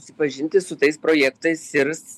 sipažinti su tais projektais irs